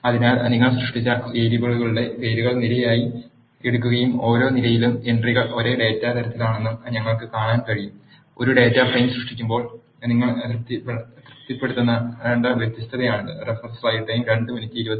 അതിനാൽ നിങ്ങൾ സൃഷ്ടിച്ച വേരിയബിളുകളുടെ പേരുകൾ നിരകളായി എടുക്കുകയും ഓരോ നിരയിലെയും എൻ ട്രികൾ ഒരേ ഡാറ്റ തരത്തിലാണെന്നും ഞങ്ങൾക്ക് കാണാൻ കഴിയും ഒരു ഡാറ്റാ ഫ്രെയിം സൃഷ്ടിക്കുമ്പോൾ നിങ്ങൾ തൃപ്തിപ്പെടുത്തേണ്ട വ്യവസ്ഥയാണിത്